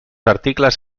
articles